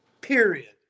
period